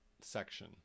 Section